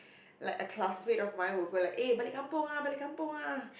like a classmate of my will go like eh balik kampung ah balik kampung ah